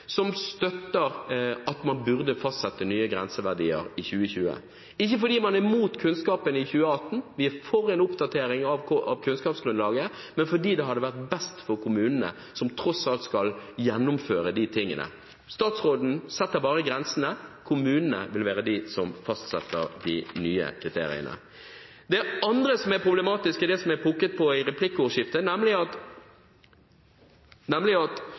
som støtter at man burde fastsette nye grenseverdier i 2020, ikke fordi man er imot en oppdatering av kunnskapen i 2018 – vi er for en oppdatering av kunnskapsgrunnlaget – men fordi det hadde vært best for kommunene, som tross alt skal gjennomføre de tingene. Statsråden setter bare grensene, kommunene vil være de som fastsetter de nye kriteriene. Det andre som er problematisk i det som er pukket på i replikkordskiftet, er at Miljødirektoratet sier veldig tydelig at